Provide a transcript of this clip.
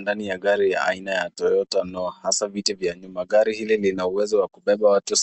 Ndani ya gari ya aina ya Toyota kuna viti vya nyuma ambavyo vinawezesha kubeba watu